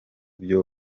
byo